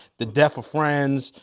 the death of friends.